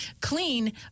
clean